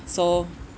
so